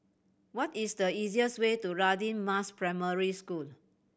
what is the easiest way to Radin Mas Primary School